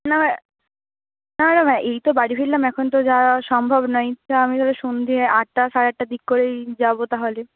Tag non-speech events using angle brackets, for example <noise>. না <unintelligible> না ম্যাডাম এই তো বাড়ি ফিরলাম এখন তো যাওয়া সম্ভব নয় আমি তাহলে সন্ধ্যে আটটা সাড়ে আটটার দিক করেই যাব তাহলে